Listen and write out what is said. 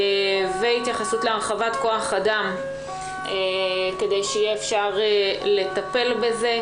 והתייחסות להרחבת כוח אדם כדי שיהיה אפשר לטפל בזה.